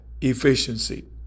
efficiency